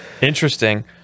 interesting